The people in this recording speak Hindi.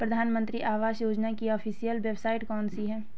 प्रधानमंत्री आवास योजना की ऑफिशियल वेबसाइट कौन सी है?